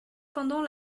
pendant